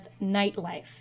Nightlife